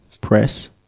press